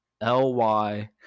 l-y